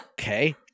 Okay